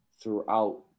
throughout